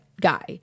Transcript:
guy